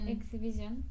Exhibition